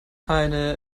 eine